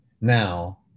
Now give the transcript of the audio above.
Now